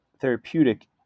therapeutic